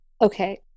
Okay